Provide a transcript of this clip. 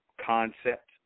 Concept